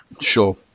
Sure